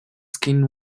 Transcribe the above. skin